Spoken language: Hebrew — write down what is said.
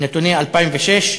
נתוני 2006,